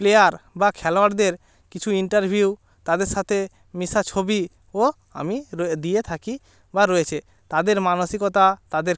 player বা খেলোয়াড়দের কিছু ইন্টারভিউ তাদের সাথে মিশা ছবি ও আমি দিয়ে র থাকি বা রয়েছে তাদের মানসিকতা তাদের